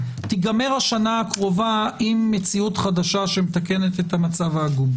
ותיגמר השנה הקרובה עם מציאות חדשה שמתקנת את המצב העגום,